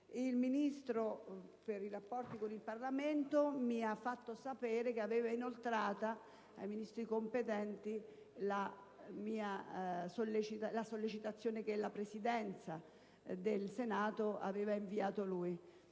Il Ministro per i rapporti con il Parlamento mi ha fatto sapere di aver inoltrato ai Ministri competenti la sollecitazione che la Presidenza del Senato gli ha fatto